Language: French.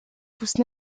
pousse